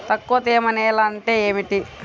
తక్కువ తేమ నేల అంటే ఏమిటి?